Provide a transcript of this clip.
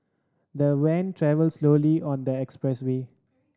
the van travelled slowly on the expressway